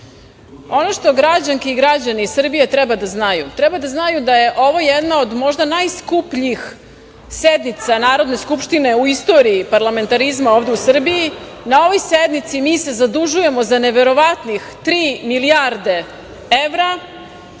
Ono što građanke i građani Srbije treba da znaju, treba da znaju da je ovo jedna od možda najskupljih sednica Narodne skupštine u istoriji parlamentarizma u Srbiji. Na ovoj sednici mi se zadužujemo za neverovatnih tri milijarde evra.